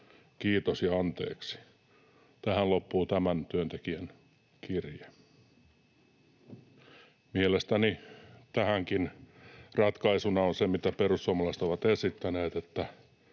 Kiitos ja anteeksi.” Tähän loppuu tämän työntekijän kirje. Mielestäni tähänkin ratkaisuna on se, mitä perussuomalaiset ovat esittäneet, että